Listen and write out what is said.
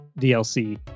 DLC